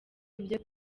ibyo